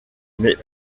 mais